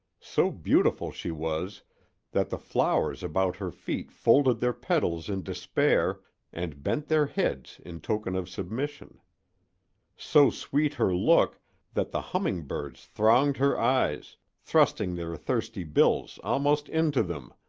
so beautiful she was that the flowers about her feet folded their petals in despair and bent their heads in token of submission so sweet her look that the humming birds thronged her eyes, thrusting their thirsty bills almost into them,